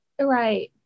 Right